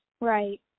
Right